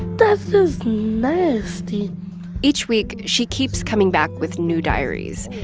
that's just nasty each week, she keeps coming back with new diaries.